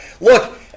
Look